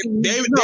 David